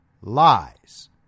lies